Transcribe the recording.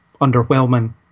underwhelming